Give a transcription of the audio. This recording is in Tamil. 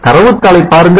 தரவுத்தாளை பாருங்கள்